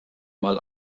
mal